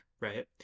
right